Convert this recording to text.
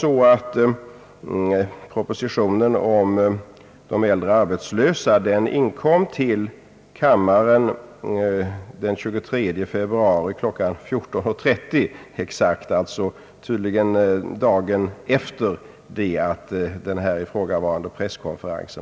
Propositionen om de äldre arbetslösa inkom till kammaren den 23 februari kl. 14.30 exakt. Det var tydligen dagen efter den här ifrågavarande presskonferensen.